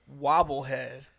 Wobblehead